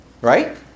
Right